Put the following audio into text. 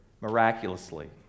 miraculously